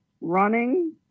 Running